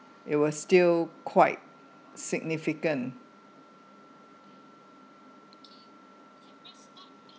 it was still quite significant